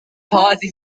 party